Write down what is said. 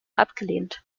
abgelehnt